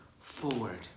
forward